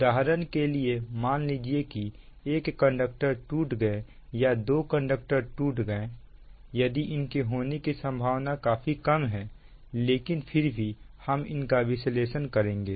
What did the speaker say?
उदाहरण के लिए मान लीजिए कि एक कंडक्टर टूट गए या दो कंडक्टर टूट गए यदि इनकी होने की संभावना काफी कम है लेकिन फिर भी हम इनका विश्लेषण करेंगे